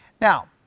Now